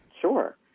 Sure